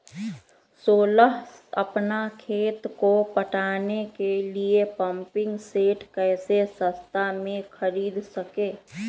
सोलह अपना खेत को पटाने के लिए पम्पिंग सेट कैसे सस्ता मे खरीद सके?